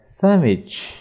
sandwich